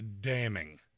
damning